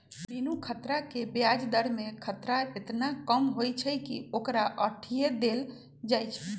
बिनु खतरा के ब्याज दर में खतरा एतना कम होइ छइ कि ओकरा अंठिय देल जाइ छइ